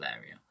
area